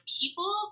people